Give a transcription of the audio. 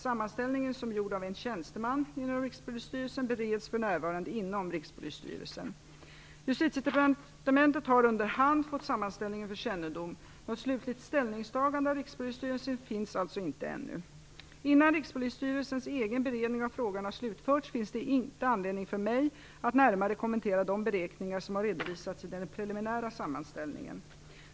Sammanställningen, som är gjord av en tjänsteman inom Rikspolisstyrelsen, bereds för närvarande inom Rikspolisstyrelsen. Justitiedepartementet har under hand fått sammanställningen för kännedom. Något slutligt ställningstagande av Rikspolisstyrelsen finns alltså inte ännu. Innan Rikspolisstyrelsens egen beredning av frågan har slutförts finns det inte anledning för mig att närmare kommentera de beräkningar som har redovisats i den preliminära sammanställningen.